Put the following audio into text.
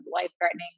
life-threatening